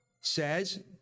says